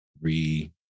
three